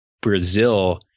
Brazil